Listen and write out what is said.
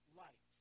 light